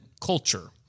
culture